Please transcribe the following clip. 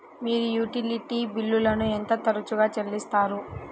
మీరు యుటిలిటీ బిల్లులను ఎంత తరచుగా చెల్లిస్తారు?